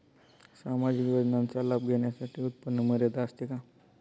सामाजिक योजनांचा लाभ घेण्यासाठी उत्पन्न मर्यादा असते का?